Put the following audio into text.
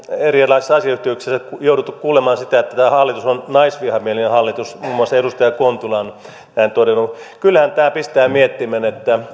erilaisissa asiayhteyksissä jouduttu kuulemaan sitä että tämä hallitus on naisvihamielinen hallitus muun muassa edustaja kontula on näin todennut kyllähän tämä panee miettimään